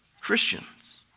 Christians